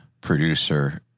producer